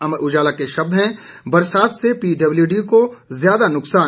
अमर उजाला के शब्द हैं बरसात से पीडब्ल्यूडी को ज्यादा नुक्सान